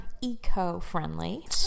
eco-friendly